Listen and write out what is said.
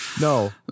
No